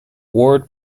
ward